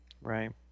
Right